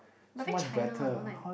but very China I don't like